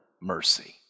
mercy